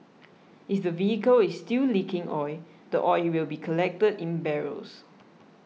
if the vehicle is still leaking oil the oil will be collected in barrels